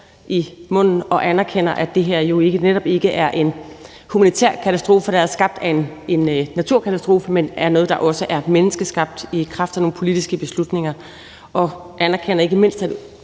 i munden og anerkender, at det her jo netop ikke er en humanitær katastrofe, der er skabt af en naturkatastrofe, men er noget, der også er menneskeskabt i kraft af nogle politiske beslutninger, og jeg anerkender ikke mindst,